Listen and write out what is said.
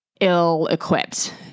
ill-equipped